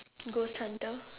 ghost hunter